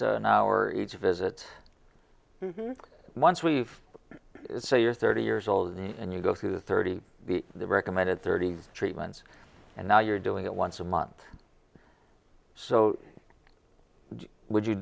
to an hour each visit once we've say you're thirty years old and you go through thirty the the recommended thirty treatments and now you're doing it once a month so would you